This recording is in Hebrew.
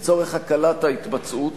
לצורך הקלת ההתמצאות,